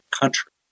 country